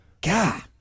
God